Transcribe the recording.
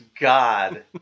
god